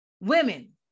women